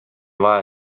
vaja